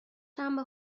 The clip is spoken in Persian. شنبه